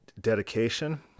dedication